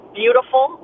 beautiful